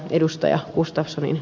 gustafssonin lausumaa